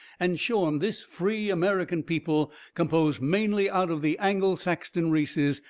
and show em this free american people, composed mainly out of the angle-saxton races,